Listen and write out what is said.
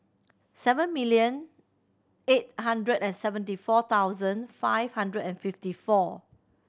seven million eight hundred and seventy four thousand five hundred and fifty four